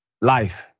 life